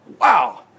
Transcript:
Wow